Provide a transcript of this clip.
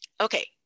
Okay